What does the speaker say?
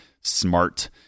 smart